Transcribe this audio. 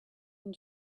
and